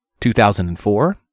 2004